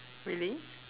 really